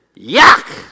yuck